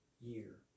year